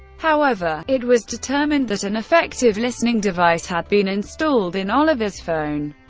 however, it was determined that an effective listening device had been installed in oliver's phone.